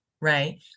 right